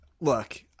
Look